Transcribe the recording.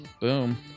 boom